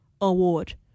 Award